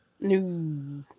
No